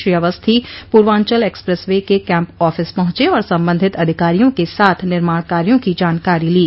Shri Awasthi Purvanchal expressway के camp office पहुंचे और सम्बन्धित अधिकारियों के साथ निर्माण कार्यो की जानकारी ली